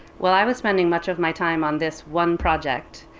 while i was spending much of my time on this one project,